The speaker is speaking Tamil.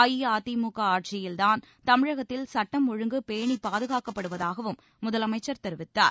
அஇஅதிமுக ஆட்சியில் தான் தமிழகத்தில் சட்டம் ஒழுங்கு பேணி பாதுகாக்கப்படுவதாகவும் முதலமைச்சர் தெரிவித்தார்